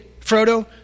Frodo